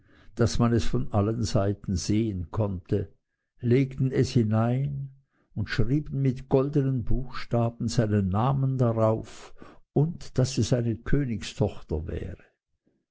daß man es von allen seiten sehen konnte legten es hinein und schrieben mit goldenen buchstaben seinen namen darauf und daß es eine königstochter wäre